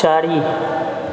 चारि